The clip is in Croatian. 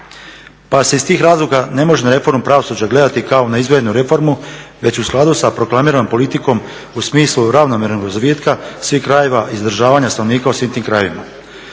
Pa se iz tih razloga ne može na reformu pravosuđa gledati kao na izdvojenu reformu već u skladu sa proklamiranom politikom u smislu ravnomjernog razvitka svih krajeva izdržavanja stanovnika u svim tim krajevima.